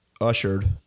ushered